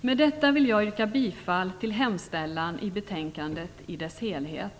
Med detta vill jag yrka bifall till hemställan i betänkandet i dess helhet.